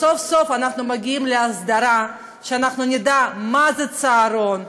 סוף-סוף אנחנו מגיעים להסדרה ואנחנו נדע מה זה צהרון,